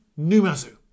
Numazu